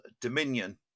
Dominion